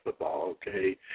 Okay